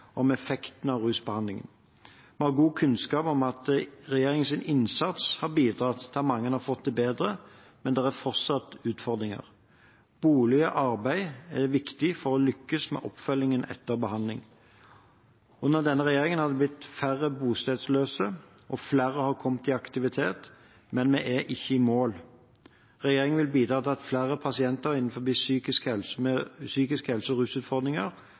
om effekten av rusbehandling. Vi har god kunnskap om at regjeringens innsats har bidratt til at mange har fått det bedre, men det er fortsatt utfordringer. Bolig og arbeid er viktig for å lykkes med oppfølgingen etter behandling. Under denne regjeringen har det blitt færre bostedsløse, og flere har kommet i aktivitet, men vi er ikke i mål. Regjeringen vil bidra til at flere pasienter med utfordringer knyttet til rus og psykisk helse